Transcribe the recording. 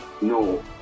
No